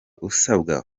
usabwa